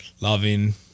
loving